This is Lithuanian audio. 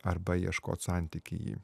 arba ieškot santykį